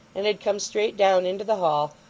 and had come straight down into the hall,